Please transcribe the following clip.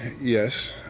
Yes